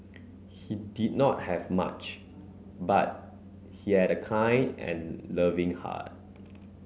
he did not have much but he had a kind and loving heart